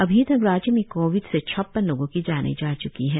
अभी तक राज्य में कोविड से छप्पन लोगों की जाने जा च्की है